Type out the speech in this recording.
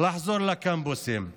לחזור לקמפוסים,